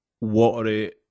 watery